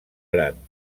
gran